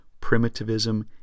primitivism